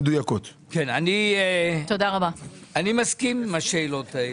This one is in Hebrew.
אני מסכים עם השאלות האלה.